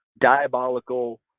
diabolical